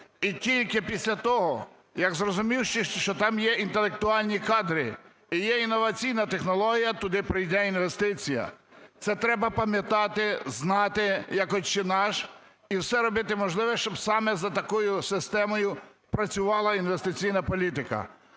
І тільки після того, як зрозумівши, що там є інтелектуальні кадри і є інноваційна технологія, туди прийде інвестиція. Це треба пам'ятати, знати як "Отче наш" і все робити можливе, щоб саме за такою системою працювала інвестиційна політика.